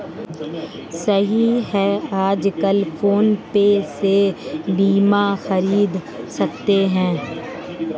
सही है आजकल फ़ोन पे से बीमा ख़रीद सकते हैं